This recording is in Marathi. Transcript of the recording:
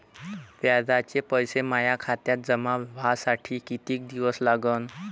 व्याजाचे पैसे माया खात्यात जमा व्हासाठी कितीक दिवस लागन?